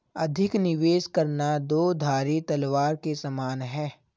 अधिक निवेश करना दो धारी तलवार के समान है